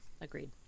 Agreed